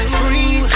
free